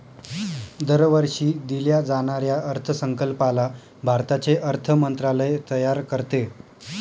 दरवर्षी दिल्या जाणाऱ्या अर्थसंकल्पाला भारताचे अर्थ मंत्रालय तयार करते